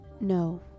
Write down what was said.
No